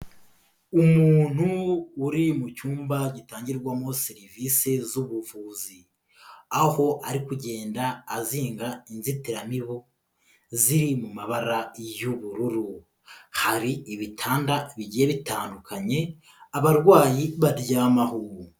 Umuntu uri mu cyumba gitangirwamo serivisi z'ubuvuzi, aho ari kugenda azinga inzitiramibu ziri mu mabara y'ubururu, hari ibitanda bigiye bitandukanye abarwayi baryamaho.